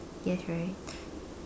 yes right